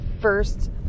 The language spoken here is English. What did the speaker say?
first